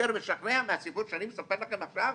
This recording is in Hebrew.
יותר משכנע מהסיפור שאני מספר לכם עכשיו,